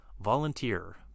Volunteer